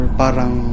parang